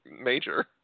major